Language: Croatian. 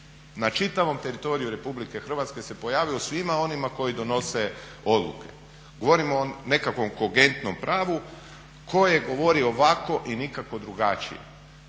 na čitavom teritoriju Republike Hrvatske se pojavilo svima onima koji donose odluke. Govorim o nekakvom kogentnom pravu koje govori ovako i nikako drukčije.